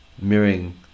mirroring